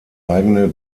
eigene